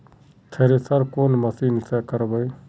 Thresher कौन machine से करबे?